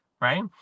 Right